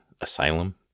Asylum